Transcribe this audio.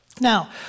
Now